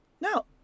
No